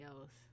else